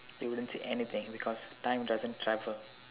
you wouldn't see anything because time doesn't travel